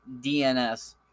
DNS